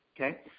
okay